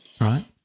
Right